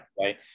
right